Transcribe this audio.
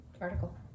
article